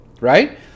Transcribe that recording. right